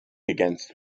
against